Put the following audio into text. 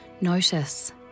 Notice